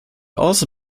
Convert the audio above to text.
also